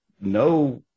no